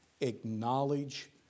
acknowledge